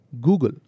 Google